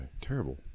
terrible